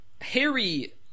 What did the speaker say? Harry